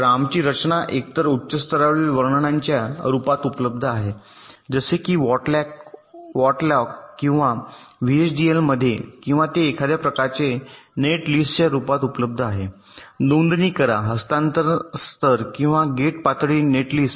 तर आमची रचना एकतर उच्च स्तरावरील वर्णनाच्या रूपात उपलब्ध आहे जसे की वॉटलॉग किंवा व्हीएचडीएल मध्ये किंवा ते एखाद्या प्रकारच्या नेटलिस्टच्या रूपात उपलब्ध आहे नोंदणी करा हस्तांतरण स्तर किंवा गेट पातळी नेटलिस्ट